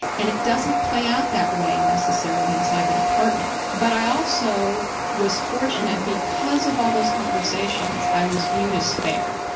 and it doesn't play out that way necessarily inside the department. but i also was fortunate because of all those conversations, i was viewed as fair.